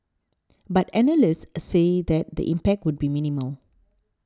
but analysts said that the impact would be minimal